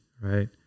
right